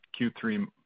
Q3